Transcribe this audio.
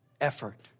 effort